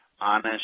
honest